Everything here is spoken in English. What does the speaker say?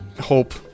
hope